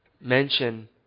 mention